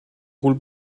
rôle